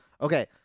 Okay